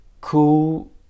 cool